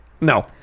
No